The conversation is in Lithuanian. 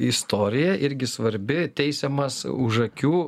istorija irgi svarbi teisiamas už akių